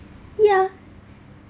yeah